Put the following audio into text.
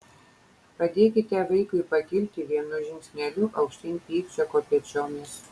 padėkite vaikui pakilti vienu žingsneliu aukštyn pykčio kopėčiomis